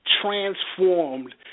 transformed